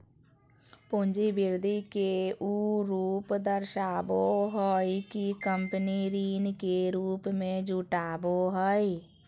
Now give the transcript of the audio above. पूंजी वृद्धि के उ रूप दर्शाबो हइ कि कंपनी ऋण के रूप में जुटाबो हइ